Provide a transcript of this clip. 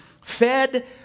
fed